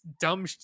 dumb